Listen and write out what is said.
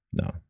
No